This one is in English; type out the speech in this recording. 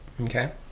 Okay